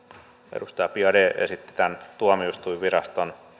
edustaja biaudet esitti tämän tuomioistuinviraston